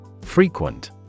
Frequent